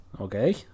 okay